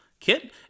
kit